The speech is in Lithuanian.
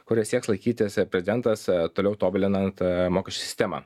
kurio sieks laikytis prezdentas toliau tobulinant mokešių sistemą